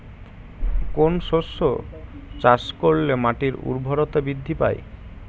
কোন শস্য চাষ করলে মাটির উর্বরতা বৃদ্ধি পায়?